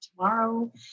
tomorrow